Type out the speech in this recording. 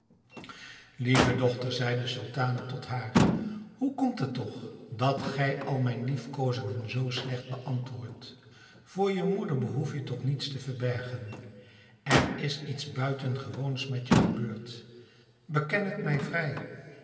lieve dochter zeide de sultane tot haar hoe komt het toch dat gij al mijn liefkoozingen zoo slecht beantwoordt voor je moeder behoef je toch niets te verbergen er is iets buitengewoons met je gebeurd beken het mij vrij